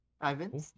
Ivan